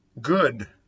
good